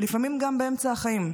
לפעמים גם באמצע החיים,